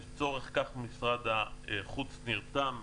לצורך כך משרד החוץ נרתם.